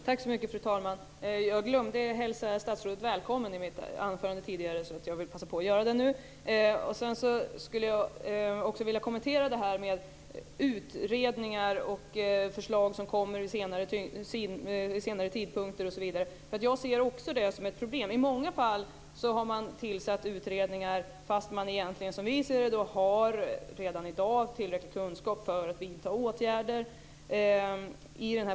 Fru talman! Jag glömde att hälsa statsrådet välkommen tidigare i mitt anförande, så jag vill passa på att göra det nu. Jag vill kommentera detta med utredningar och förslag som kommer vid senare tidpunkt. Också jag ser det som ett problem. Som vi ser det har det i många fall tillsatts utredningar fast man redan i dag har tillräckliga kunskaper för att vidta åtgärder.